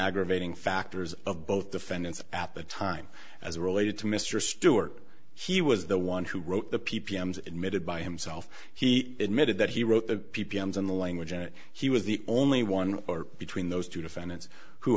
aggravating factors of both defendants at the time as related to mr stewart he was the one who wrote the p p m admitted by himself he admitted that he wrote the p p s in the language and he was the only one or between those two defendants who